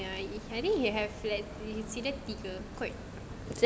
ya I think he have like it's either tiga quite